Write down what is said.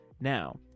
Now